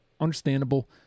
understandable